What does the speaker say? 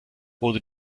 wurde